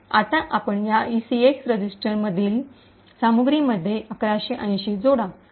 आता आपण या ईसीएक्स रजिस्टरमधील सामग्रीमध्ये 1180 जोडा